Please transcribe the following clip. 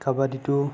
কাবাডীটো